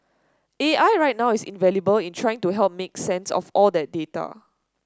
A I right now is invaluable in trying to help make sense of all that data